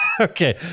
Okay